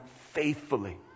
faithfully